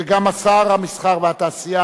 וגם שר התעשייה,